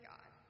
God